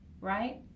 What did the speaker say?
Right